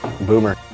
Boomer